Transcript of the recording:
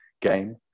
game